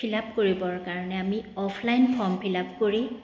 feel up কৰিবৰ কাৰণে আমি অফলাইন ফৰ্ম ফিল আপ কৰি